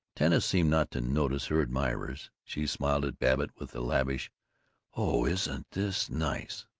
tanis seemed not to notice her admirers she smiled at babbitt with a lavish oh, isn't this nice!